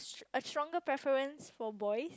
str~ a stronger preference for boys